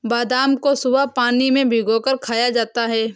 बादाम को सुबह पानी में भिगोकर खाया जाता है